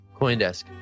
coindesk